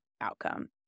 outcome